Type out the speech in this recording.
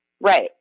Right